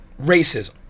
racism